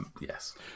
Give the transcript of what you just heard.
yes